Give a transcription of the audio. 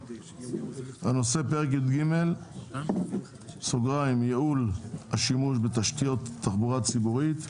הנושא על סדר היום: פרק י"ג (ייעול השימוש בתשתיות תחבורה ציבורית)